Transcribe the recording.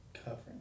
covering